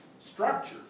structure